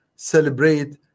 Celebrate